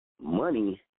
Money